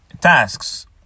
tasks